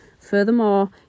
Furthermore